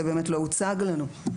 זה באמת לא הוצג לנו.